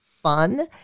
Fun